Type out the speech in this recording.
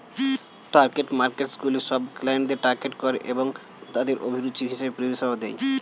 target মার্কেটসগুলি সব ক্লায়েন্টদের টার্গেট করে এবং তাদের অভিরুচি হিসেবে পরিষেবা দেয়